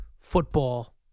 football